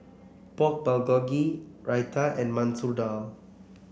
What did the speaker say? Pork Bulgogi Raita and Masoor Dal